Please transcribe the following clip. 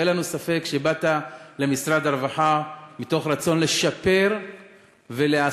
ואין לנו ספק שבאת למשרד הרווחה מתוך רצון לשפר ולעשות